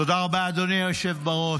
תודה רבה, אדוני היושב בראש.